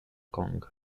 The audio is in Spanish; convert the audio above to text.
kong